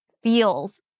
feels